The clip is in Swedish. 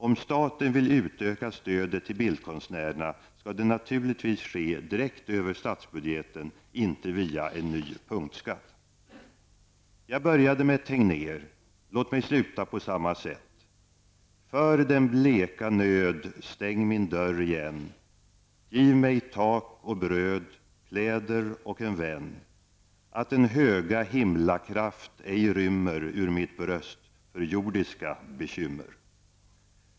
Om staten vill utöka stödet till bildkonstnärerna skall det naturligtvis ske direkt över statsbudgeten, inte via en ny punktskatt. Jag började med Tegnér. Låt mig sluta på samma sätt. stäng min dörr igen! Giv mig tak och bröd, att den höga himlakraft ej rymmer ur mitt bröst för jordiska bekymmer.